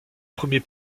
premier